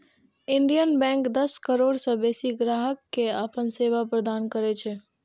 Indian bank दस करोड़ सं बेसी ग्राहक कें अपन सेवा प्रदान करै छै